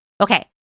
Okay